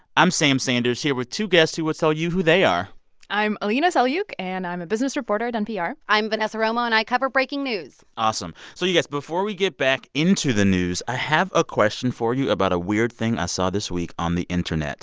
i'm sam sanders here with two guests who will tell you who they are i'm alina selyukh, and i'm a business reporter at npr i'm vanessa romo, and i cover breaking news awesome. so you guys, before we get back into the news, i have a question for you about a weird thing i saw this week on the internet